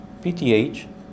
PTH